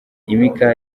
imikaya